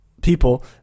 people